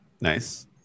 Nice